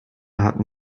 hatten